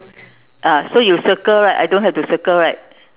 ah so you circle right I don't have to circle right